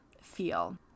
feel